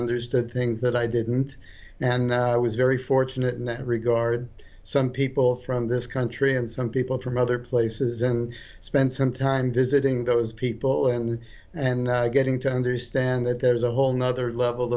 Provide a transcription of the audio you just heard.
understood things that i didn't and i was very fortunate in that regard some people from this country and some people from other places and spend some time visiting those people in there and getting to understand that there's a whole nother level